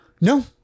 No